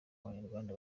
abanyarwanda